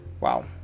Wow